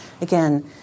Again